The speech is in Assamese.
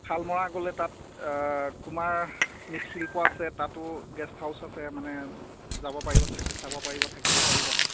শালমৰা গ'লে তাত কুমাৰ মৃৎ শিল্প আছে তাতো গেষ্ট হাউচ আছে মানে যাব পাৰিব চাব পাৰিব থাকিব পাৰিব